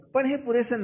पण हे पुरेसे नाही